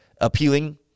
appealing